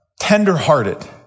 tender-hearted